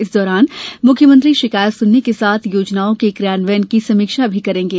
इस दौरान मुख्यमंत्री शिकायत सुनने के साथ योजनाओं के कियान्वयन की समीक्षा भी करेंगे